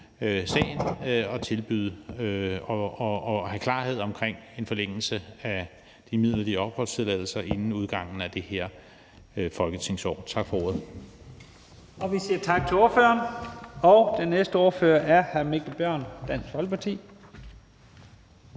og tilbyde og have klarhed omkring en forlængelse af de midlertidige opholdstilladelser inden udgangen af det her folketingsår. Tak for ordet.